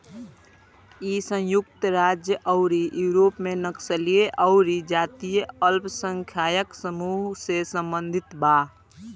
इ संयुक्त राज्य अउरी यूरोप में नस्लीय अउरी जातीय अल्पसंख्यक समूह से सम्बंधित बा